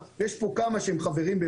מדובר באנשים שמוגדרים כך על פי